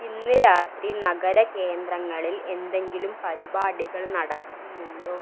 ഇന്ന് രാത്രി നഗര കേന്ദ്രങ്ങളിൽ എന്തെങ്കിലും പരിപാടികൾ നടക്കുന്നുണ്ടോ